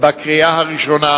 בקריאה ראשונה,